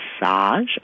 massage